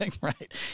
Right